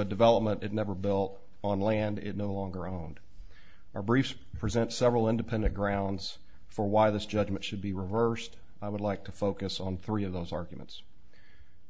a development never built on land it no longer own or briefs present several independent grounds for why this judgment should be reversed i would like to focus on three of those arguments